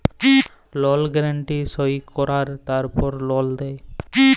লল গ্যারান্টি সই কঁরায় তারপর লল দেই